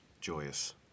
Joyous